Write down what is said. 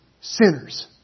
sinners